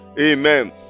Amen